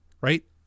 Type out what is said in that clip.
right